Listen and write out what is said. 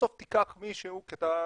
בסוף אתה תיקח מישהו כי אתה